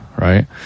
right